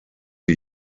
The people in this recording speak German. die